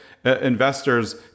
investors